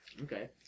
Okay